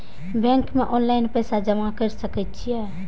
Bank में online पैसा जमा कर सके छीये?